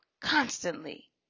constantly